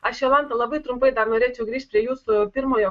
aš jolanta labai trumpai dar norėčiau grįžt prie jūsų pirmojo